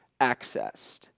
accessed